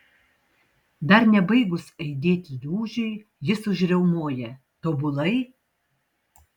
dar nebaigus aidėti dūžiui jis užriaumoja tobulai